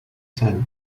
sen